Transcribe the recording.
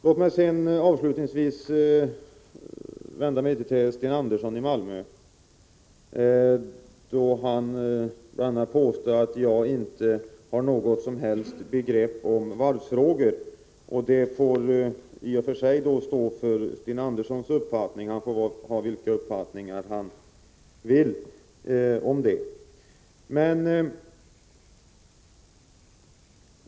Låt mig sedan avslutningsvis vända mig till Sten Andersson i Malmö. Han påstod bl.a. att jag inte har något som helst begrepp om varvsfrågor. Det får i och för sig stå för Sten Andersson — han får ha vilken uppfattning han vill om det.